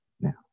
now